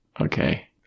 Okay